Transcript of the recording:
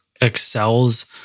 excels